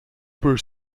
por